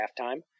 halftime